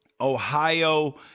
Ohio